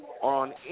On